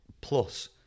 Plus